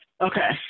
Okay